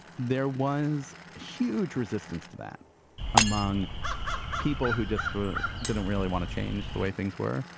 there was huge resistance to that among people who just didn't really want to change the way things were.